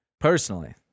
personally